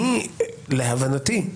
אני, להבנתי,